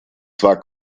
zwar